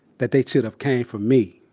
that they should of came for me